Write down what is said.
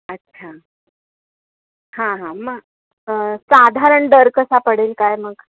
अच्छा हां हां मग साधारण दर कसा पडेल काय मग